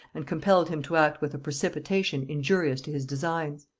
and compelled him to act with a precipitation injurious to his designs.